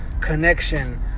connection